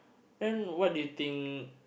then what do you think